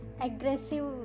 aggressive